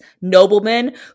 noblemen